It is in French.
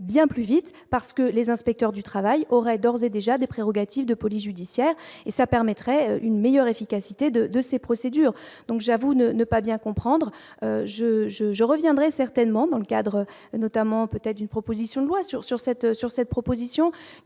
bien plus vite parce que les inspecteurs du travail aurait d'ores et déjà des prérogatives de police judiciaire et ça permettrait une meilleure efficacité de de ces procédures, donc j'avoue ne pas bien comprendre je je je reviendrai certainement dans le cadre notamment peut-être une proposition de loi sur sur cette sur